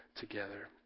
together